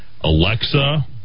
Alexa